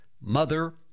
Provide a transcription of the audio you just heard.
Mother